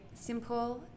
Simple